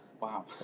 wow